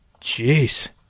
Jeez